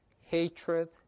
hatred